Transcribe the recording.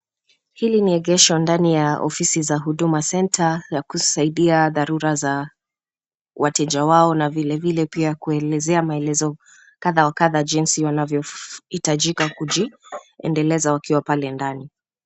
Hii ni egesho ndani ya ofisi za Huduma Centre. Kusaidia dharura za wateja wao na vilevile kuelezea maelezo kadha wa kadha jinsi wanavyohitajika kujiendeleza wakiwa pale ndani.